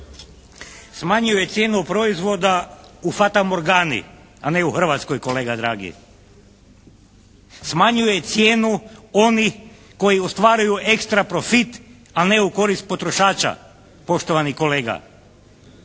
Smanjuje cijenu proizvoda u fatamorgani, a ne u Hrvatskoj kolega dragi. Smanjuje cijenu onih koji ostvaruju ekstra profit ali ne u korist potrošača, poštovani kolega.